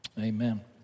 Amen